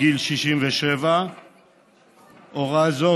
גיל 67. הוראה זו